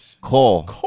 Cole